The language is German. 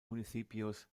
municipios